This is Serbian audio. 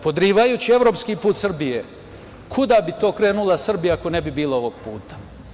Podrivajući evropski put Srbije, kuda bi to krenula Srbija ako ne bi bilo ovog puta?